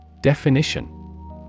Definition